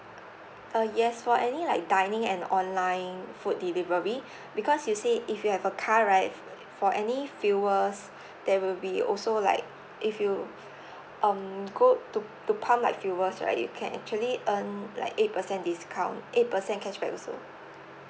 uh yes for any like dining and online food delivery because you say if you have a car right for any fuels there will be also like if you um go to to pump like fuels right you can actually earn like eight percent discount eight percent cashback also